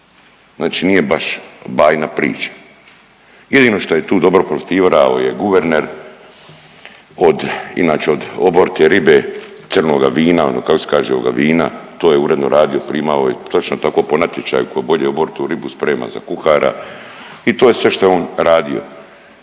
znači nije baš bajna priča. Jedino što je tu dobro, profitirao je guverner od, inače od, oborite ribe, crnoga vina, ono kako se kaže, ovoga vina, to je uredno radio, primao je, točno tako po natječaju tko bore oboritu ribu sprema za kuhara i to je sve što je on radio.